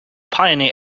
pioneer